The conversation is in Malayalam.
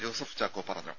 ജോസഫ് ചാക്കോ പറഞ്ഞു